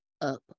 up